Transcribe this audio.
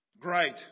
great